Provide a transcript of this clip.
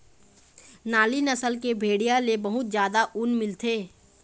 नाली नसल के भेड़िया ले बहुत जादा ऊन मिलथे